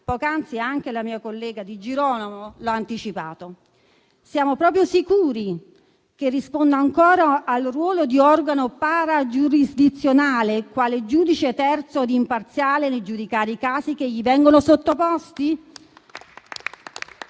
anticipato la mia collega Di Girolamo). Siamo proprio sicuri che risponda ancora al suo ruolo di organo paragiurisdizionale, quale giudice terzo ed imparziale nel giudicare i casi che le vengono sottoposti?